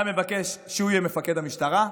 היה מבקש שהוא יהיה מפקד המשטרה,